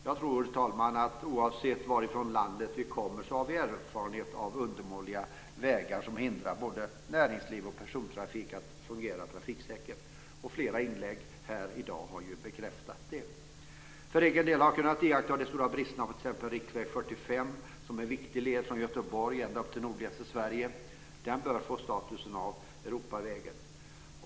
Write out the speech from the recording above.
Jag tror, herr talman, att oavsett varifrån i landet vi kommer har vi erfarenheter av undermåliga vägar som hindrar både näringsliv och persontrafik att fungera trafiksäkert. Flera inlägg i dag har bekräftat det. För egen del har jag kunnat iaktta de stora bristerna på t.ex. riksväg 45, som är en viktig led från Göteborg ända upp till nordligaste Sverige. Den bör få status av Europaväg.